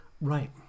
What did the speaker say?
Right